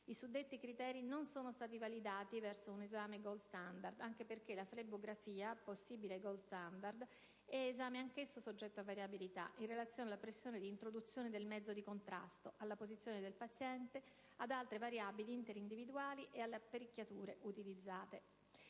i suddetti criteri non sono stati validati verso un esame *gold standard*, anche perché la flebografia (possibile *gold standard*) è esame anch'esso soggetto a variabilità, in relazione alla pressione di introduzione del mezzo di contrasto, alla posizione del paziente, ad altre variabili interindividuali e alle apparecchiature utilizzate;